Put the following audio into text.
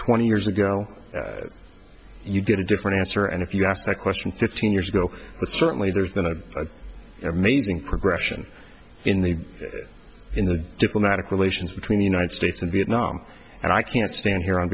twenty years ago you get a different answer and if you asked that question fifteen years ago but certainly there's been a amazing progression in the in the diplomatic relations between the united states and vietnam and i can't stand here on